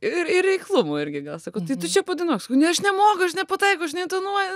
ir ir reiklumo irgi gal sako tai tu čia padainuok sakau ne aš nemoku aš nepataikau aš neintonuoju